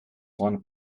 one